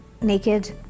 naked